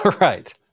Right